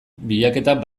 bilaketak